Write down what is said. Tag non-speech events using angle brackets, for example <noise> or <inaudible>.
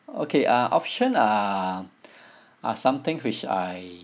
okay uh option uh <breath> are something which I